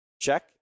check